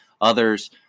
others